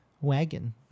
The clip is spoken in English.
wagon